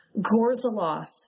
Gorzaloth